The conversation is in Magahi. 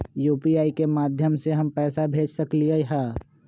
यू.पी.आई के माध्यम से हम पैसा भेज सकलियै ह?